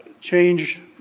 change